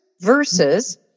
versus